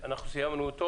סיימנו.